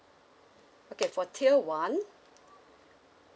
okay for tier one